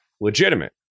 legitimate